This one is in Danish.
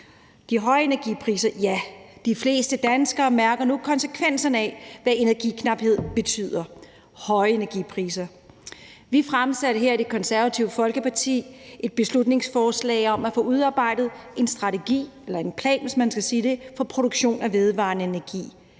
de høje energipriser vil jeg sige, at ja, de fleste danskere mærker nu konsekvenserne af, hvad energiknaphed betyder: høje energipriser. Vi i Det Konservative Folkeparti har her fremsat et beslutningsforslag om at få udarbejdet en strategi, eller en plan kan man også sige, for produktion af vedvarende energi